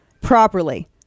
Properly